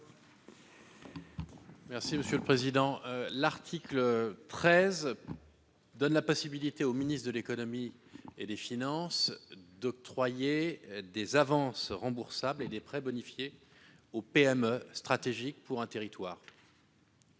M. Emmanuel Capus. L'article 13 donne la possibilité au ministre de l'économie et des finances d'octroyer des avances remboursables et des prêts bonifiés aux PME stratégiques pour un territoire.